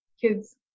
kids